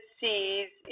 sees